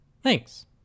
Thanks